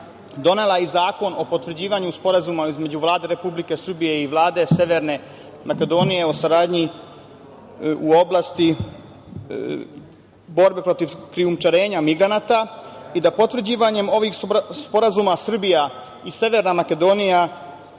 donela i Zakon o potvrđivanju Sporazuma Vlade Republike Srbije i Vlade Severne Makedonije o saradnji u oblasti borbe protiv krijumčarenja migranata i da potvrđivanjem ovih sporazuma Srbija i Severna Makedonija